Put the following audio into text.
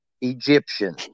Egyptian